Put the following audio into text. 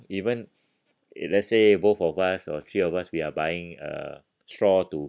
even if let's say both of us or three of us we are buying a straw to